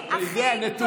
יואב,